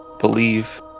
believe